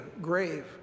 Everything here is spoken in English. grave